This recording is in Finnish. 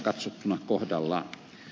arvoisa puhemies